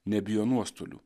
nebijo nuostolių